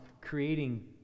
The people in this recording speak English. creating